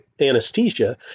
anesthesia